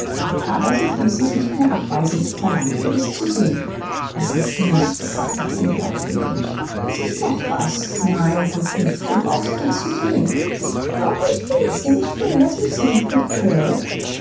aber sie ließ sich nicht mehr abweisen sie verlangte es zu sehen es ist nichts sagte tom gleichgültig es ist doch was nein es ist nichts du brauchst's nicht zu sehen doch ich will's sehen ich will laß mich sehen bitte